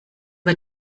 war